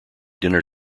dinner